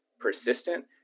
persistent